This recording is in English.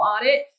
audit